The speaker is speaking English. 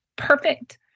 perfect